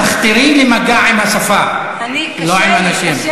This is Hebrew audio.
תחתרי למגע עם השפה, לא עם אנשים.